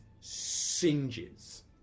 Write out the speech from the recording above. singes